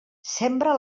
sembra